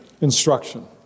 instruction